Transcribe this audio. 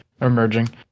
emerging